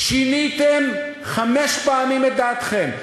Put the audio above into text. שיניתם חמש פעמים את דעתכם,